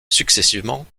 successivement